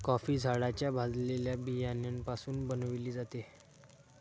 coffee झाडाच्या भाजलेल्या बियाण्यापासून बनविली जाते